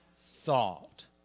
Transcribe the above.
thought